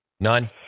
None